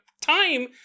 Time